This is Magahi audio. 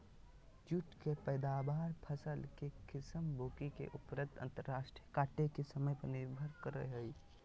जुट के पैदावार, फसल के किस्म, भूमि के उर्वरता अंतराल काटे के समय पर निर्भर करई हई